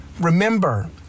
Remember